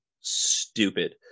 stupid